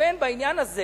מתכוון בעניין הזה